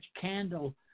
candle